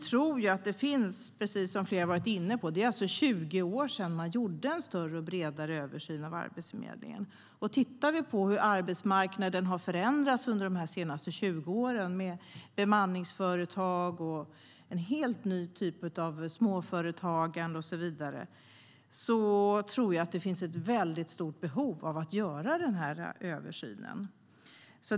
Som flera har varit inne på är det 20 år sedan man gjorde en större och bredare översyn av Arbetsförmedlingen. Tittar vi på hur arbetsmarknaden har förändrats under de senaste 20 åren med bemanningsföretag och en helt ny typ av småföretagande och så vidare finns det ett väldigt stort behov av att göra den översynen.